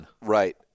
Right